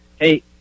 hey